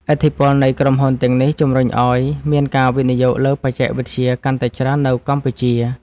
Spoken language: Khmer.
ឥទ្ធិពលនៃក្រុមហ៊ុនទាំងនេះ ជំរុញឱ្យមានការវិនិយោគលើបច្ចេកវិទ្យាកាន់តែច្រើននៅកម្ពុជា។